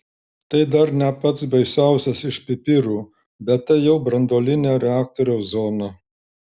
tai dar ne pats baisiausias iš pipirų bet tai jau branduolinio reaktoriaus zona